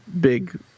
big